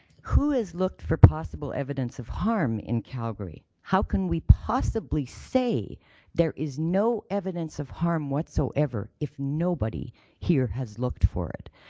who is looked for possible evidence of harm in calgary? how can we possibly say there is no evidence of harm whatsoever if nobody here has looked for it?